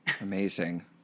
Amazing